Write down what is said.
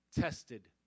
tested